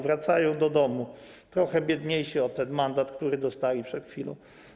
Wracają do domu trochę biedniejsi o ten mandat, który dostali przed chwilą.